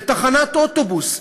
בתחנת אוטובוס.